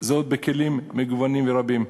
וזאת בכלים מגוונים ורבים,